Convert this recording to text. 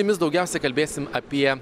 jumis daugiausiai kalbėsim apie